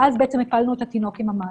ואז בעצם הפלנו את התינוק עם המים.